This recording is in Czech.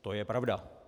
To je pravda.